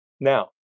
Now